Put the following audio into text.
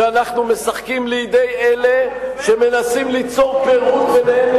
שאנחנו משחקים לידי אלה שמנסים ליצור פירוד בינם